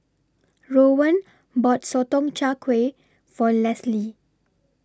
Rowan bought Sotong Char Kway For Lesly